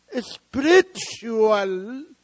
spiritual